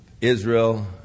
Israel